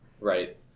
Right